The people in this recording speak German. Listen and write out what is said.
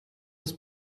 das